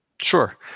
Sure